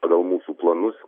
pagal mūsų planus